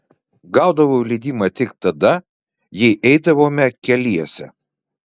gaudavau leidimą tik tada jei eidavome keliese